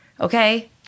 okay